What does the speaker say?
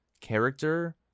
character